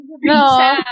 no